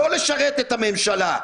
לא לשרת את הממשלה.